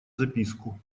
записку